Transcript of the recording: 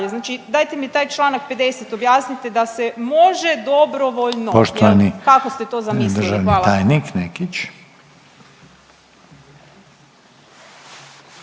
znači dajte mi taj čl. 50. objasnite da se može dobrovoljno jel kako ste to zamislili? Hvala.